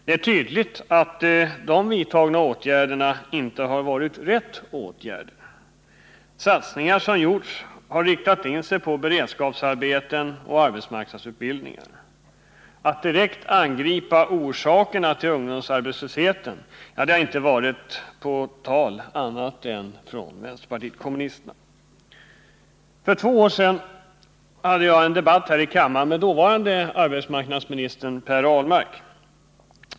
Det är tydligt att de åtgärder som vidtagits inte har varit de rätta. Satsningar som gjorts har inriktats på beredskapsarbeten och arbetsmarknadsutbildning. Att direkt angripa orsakerna till ungdomsarbetslösheten har inte förts på tal annat än från vänsterpartiet kommunisterna. För två år sedan hade jag en debatt här i kammaren med dåvarande arbetsmarknadsministern Per Ahlmark.